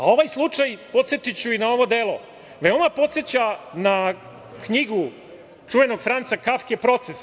Ovaj slučaj, podsetiću i na ovo delo, veoma podseća na knjigu čuvenog Franca Kafke „Proces“